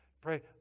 pray